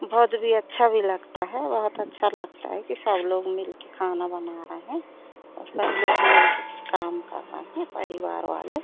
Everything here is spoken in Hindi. बहुत भी अच्छा भी लगता है बहुत अच्छा लगता है कि सब लोग मिलकर खाना बना रहे हैं और सब लोग मिलकर काम कर रहे हैं परिवार वाले